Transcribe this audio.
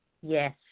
Yes